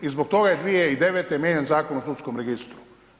I zbog toga je 2009. mijenjan Zakon o sudskom registru.